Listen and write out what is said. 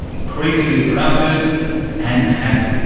increasingly productive and happy.